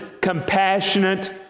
compassionate